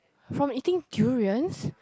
from eating durians